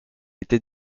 été